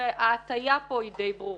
וההטיה פה די ברורה.